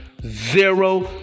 Zero